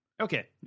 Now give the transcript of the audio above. Okay